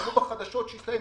שמעו בחדשות שהסתיים,